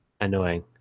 annoying